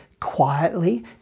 quietly